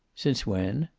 since when?